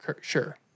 sure